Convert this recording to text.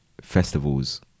festivals